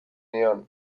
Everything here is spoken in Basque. nion